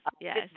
yes